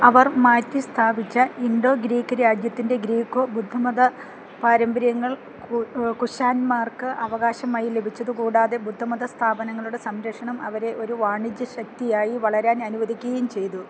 അവർ മാറ്റി സ്ഥാപിച്ച Indo Greek രാജ്യത്തിന്റെ ഗ്രീക്കോ ബുദ്ധമത പാരമ്പര്യങ്ങൾ കു കുശാന്മാർക്ക് അവകാശമായി ലഭിച്ചത് കൂടാതെ ബുദ്ധമത സ്ഥാപനങ്ങളുടെ സംരക്ഷണം അവരെ ഒരു വാണിജ്യ ശക്തിയായി വളരാൻ അനുവദിക്കുകയും ചെയ്തു